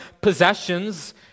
possessions